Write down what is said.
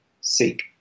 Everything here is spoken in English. seek